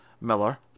Miller